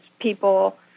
people